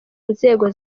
nzego